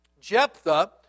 Jephthah